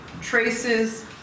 traces